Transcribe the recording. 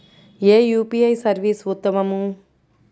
ఏ UPI service ఉత్తమము?